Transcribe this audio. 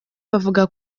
bavuga